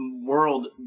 world